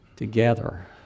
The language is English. together